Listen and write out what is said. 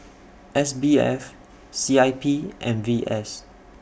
S B F C I P and V S